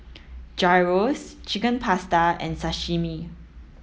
Gyros Chicken Pasta and Sashimi